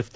F